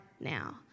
now